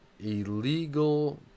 illegal